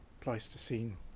pleistocene